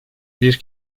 bir